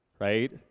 right